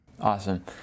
Awesome